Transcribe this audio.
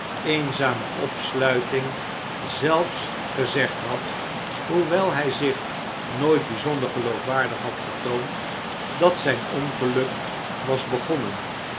eenzame opsluiting zelfs gezegd had hoewel hi zich nooit byzonder geloofwaardig had getoond dat zijn ongeluk was begonnen